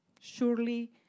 Surely